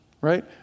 Right